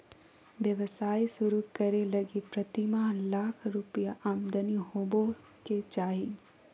व्यवसाय शुरू करे लगी प्रतिमाह लाख रुपया आमदनी होबो के चाही